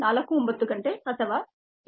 49 ಗಂಟೆ ಅಥವಾ 269